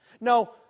No